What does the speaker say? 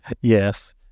Yes